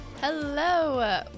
Hello